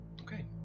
Okay